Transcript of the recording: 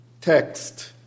text